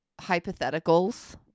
hypotheticals